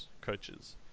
coaches